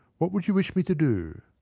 what would you wish me to do?